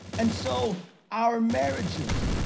and so our marriages,